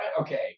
Okay